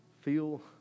Feel